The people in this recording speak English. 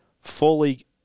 fully